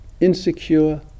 Insecure